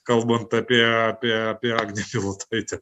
kalbant apie apie apie agnę bilotaitę